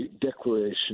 declaration